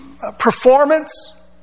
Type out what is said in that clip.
performance